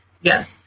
Yes